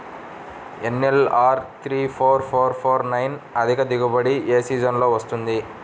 NLR three four four four nine అధిక దిగుబడి ఏ సీజన్లలో వస్తుంది?